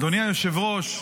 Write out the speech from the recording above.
היושב-ראש,